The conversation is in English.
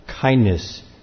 kindness